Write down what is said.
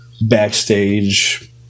backstage